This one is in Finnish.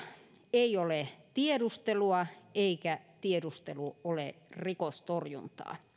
ei ole tiedustelua eikä tiedustelu ole rikostorjuntaa